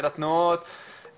של התנועות,